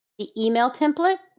the email template